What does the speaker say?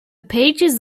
pages